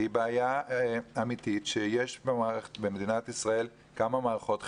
זו בעיה אמיתית כאשר במדינת ישראל כמה מערכות חינוך.